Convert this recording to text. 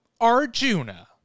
Arjuna